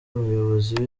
abayobozi